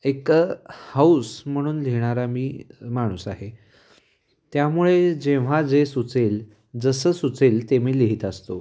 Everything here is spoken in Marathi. एक हौस म्हणून लिहिणारा मी माणूस आहे त्यामुळे जेव्हा जे सुचेल जसं सुचेल ते मी लिहीत असतो